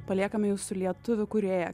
paliekame jus su lietuvių kūrėja